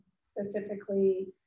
specifically